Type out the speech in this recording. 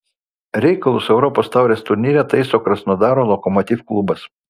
reikalus europos taurės turnyre taiso krasnodaro lokomotiv klubas